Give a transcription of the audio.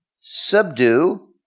subdue